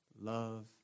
love